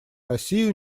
россии